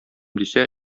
дисә